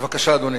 בבקשה, אדוני.